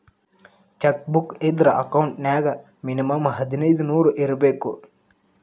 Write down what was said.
check book ಇದ್ರ account ನ್ಯಾಗ minimum ಹದಿನೈದ್ ನೂರ್ ಇರ್ಬೇಕು